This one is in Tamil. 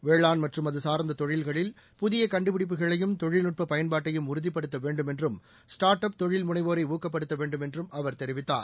வேளாண் மற்றும் அது சார்ந்த தொழில்களில் புதிய கண்டுபிடிப்புகளையும் தொழில்நுட்ப பயன்பாட்டையும் உறுதிப்படுத்த வேண்டும் என்றும் ஸ்டார்ட் அப் தொழில்முனைவோரை ஊக்கப்படுத்த வேண்டும் என்றும் அவர் தெரிவித்தார்